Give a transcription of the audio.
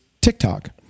TikTok